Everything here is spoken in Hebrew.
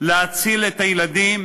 להציל את הילדים,